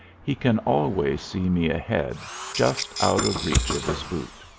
he can always see me ahead just out of reach of his boot.